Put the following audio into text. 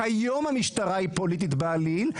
אם ראש הממשלה יחליט על מדיניות כזו או אחרת,